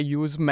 use